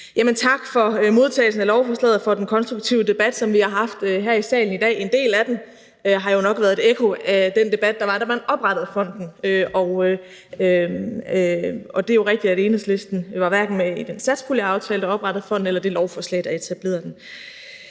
Tak for modtagelsen af lovforslaget og for den konstruktive debat, som vi har haft her i salen i dag. En del af den har jo nok været et ekko af den debat, der var, da man oprettede fonden. Og det er jo rigtigt, at Enhedslisten hverken var med i den satspuljeaftale, der oprettede fonden, eller det lovforslag, der etablerede den.